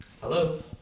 hello